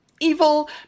Evil